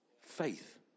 faith